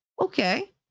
Okay